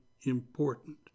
important